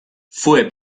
fue